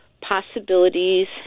possibilities